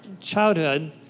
childhood